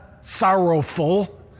sorrowful